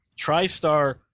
TriStar